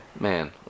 Man